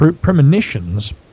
premonitions